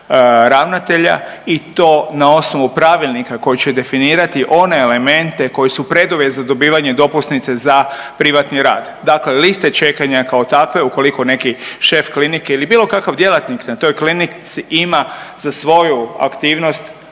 ravnatelja i to na osnovu pravilnika koji će definirati one elemente koji su preduvjet za dobivanje dopusnice za privatni rad. Dakle liste čekanja kao takve ukoliko neki šef klinike ili bilo kakav djelatnik na toj klinici ima za svoju aktivnost